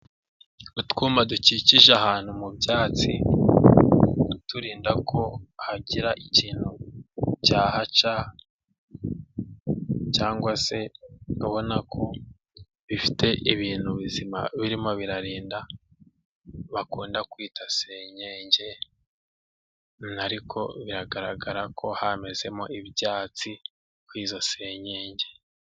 Utwuma dukikije ahantu mu byatsi turinda ko hagira ikintu cyahaca cyangwa se ubabona ko bifite ibintu bizima birimo birarinda bakunda kwita senyenge, ariko biragaragara ko hamezemo ibyatsi kwizo senyenge.